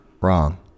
wrong